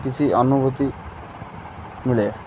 କିଛି ଅନୁଭୂତି ମିଳେ